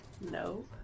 No